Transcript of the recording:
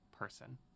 person